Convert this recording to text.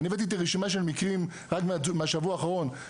אני הבאתי איתי רשימה של מקרים רק מהשבוע האחרון.